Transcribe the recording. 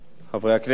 חברי הכנסת,